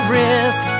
risk